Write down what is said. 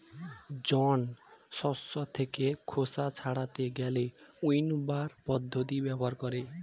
জন শস্য থেকে খোসা ছাড়াতে গেলে উইন্নবার পদ্ধতি ব্যবহার করে